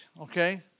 Okay